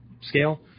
scale